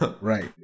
right